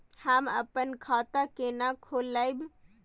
हम अपन खाता केना खोलैब?